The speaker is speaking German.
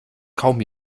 kaum